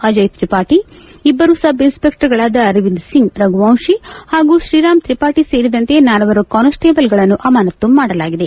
ಅಜಯ್ ತ್ರಿಪಾಠಿ ಇಬ್ಬರು ಸಬ್ ಇನ್ಸ್ಪೆಕ್ಷರ್ಗಳಾದ ಅರವಿಂದ ಸಿಂಗ್ ರಘುವಂಶಿ ಹಾಗೂ ಶ್ರೀರಾಮ್ ತಿಪಾಠಿ ಸೇರಿದಂತೆ ನಾಲ್ಲರು ಕಾನ್ಸ್ಟೇಬಲ್ಗಳನ್ನು ಅಮಾನತು ಮಾಡಲಾಗಿದೆ